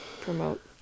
promote